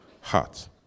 heart